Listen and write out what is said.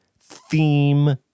theme